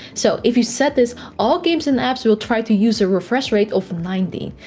so if you set this, all games and apps will try to use a refresh rate of ninety.